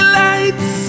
lights